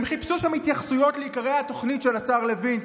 הם חיפשו שם התייחסויות לעיקרי התוכנית של השר לוין,